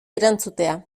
erantzutea